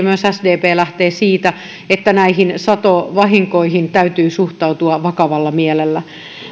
myös sdp lähtee siitä että näihin satovahinkoihin täytyy suhtautua vakavalla mielellä